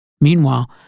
Meanwhile